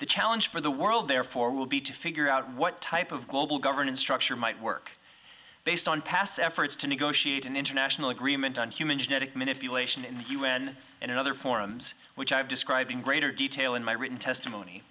the challenge for the world therefore will be to figure out what type of global governance structure might work based on past efforts to negotiate an international agreement on human genetic manipulation in the un and in other forums which described in greater detail in my written testimony